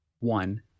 one